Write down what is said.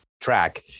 track